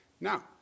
Now